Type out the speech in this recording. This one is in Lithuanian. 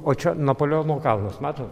o čia napoleono kalnas matot